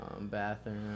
Bathroom